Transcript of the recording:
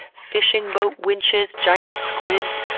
fishing boat winches? giant squids?